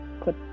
put